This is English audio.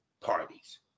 parties